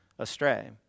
astray